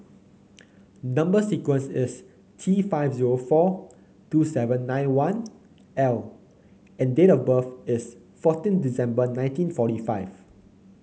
number sequence is T five zero four two seven nine one L and date of birth is fourteen December nineteen forty five